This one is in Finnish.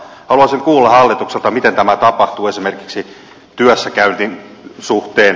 haluaisin kuulla hallitukselta miten tämä tapahtuu esimerkiksi työssäkäynnin suhteen